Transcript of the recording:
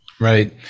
Right